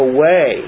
Away